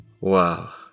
Wow